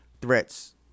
threats